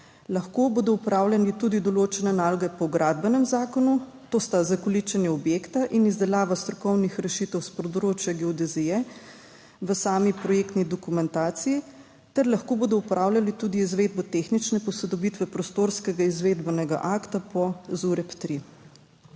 Lahko bodo opravljali tudi določene naloge po Gradbenem zakonu, to sta zakoličenje objekta in izdelava strokovnih rešitev s področja geodezije v sami projektni dokumentaciji, ter lahko bodo opravljali tudi izvedbo tehnične posodobitve prostorskega izvedbenega akta po ZUreP-3.